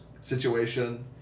situation